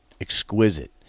exquisite